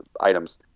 items